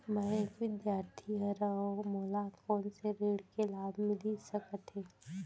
मैं एक विद्यार्थी हरव, मोला कोन से ऋण के लाभ मिलिस सकत हे?